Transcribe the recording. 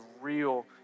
real